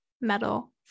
metal